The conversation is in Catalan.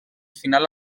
final